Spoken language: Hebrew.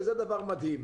וזה דבר מדהים,